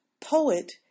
poet